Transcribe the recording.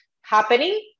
happening